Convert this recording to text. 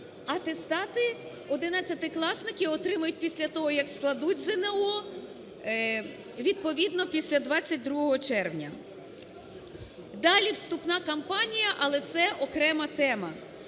атестати одинадцятикласники отримають після того, як складуть ЗНО, відповідно, після 22 червня. Далі вступна кампанія, але це – окрема тема.